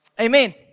Amen